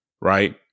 Right